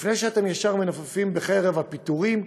לפני שאתם ישר מנופפים בחרב הפיטורים,